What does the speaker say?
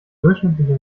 durchschnittliche